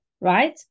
right